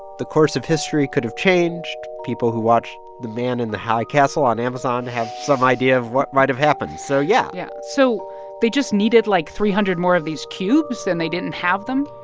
the course of history could have changed. people who watch the man in the high castle on amazon have some idea of what might have happened. so yeah yeah. so they just needed, like, three hundred more of these cubes, and they didn't have them?